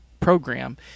program